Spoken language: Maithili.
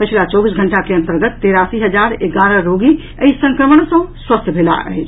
पछिला चौबीस घंटा के अंतर्गत तेरासी हजार एगारह रोगी एहि संक्रमण सँ स्वस्थ भेलाह अछि